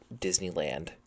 Disneyland